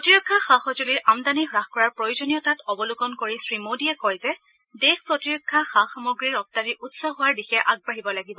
প্ৰতিৰক্ষা সা সঁজুলিৰ আমদানি হাস কৰাৰ প্ৰয়োজনীয়তাত অৱলোকন কৰি শ্ৰীমোদীয়ে কয় যে দেশ প্ৰতিৰক্ষা সা সামগ্ৰীৰ ৰপ্তানীৰ উৎস হোৱাৰ দিশে আগবাঢ়িব লাগিব